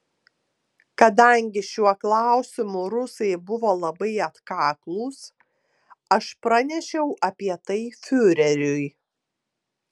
kadangi šiuo klausimu rusai buvo labai atkaklūs aš pranešiau apie tai fiureriui